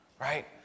right